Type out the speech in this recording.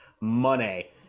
money